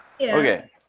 okay